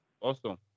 Awesome